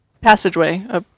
Passageway